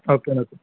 okay అండి